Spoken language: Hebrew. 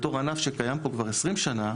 בתור ענף שקיים פה כבר 20 שנה,